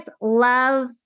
love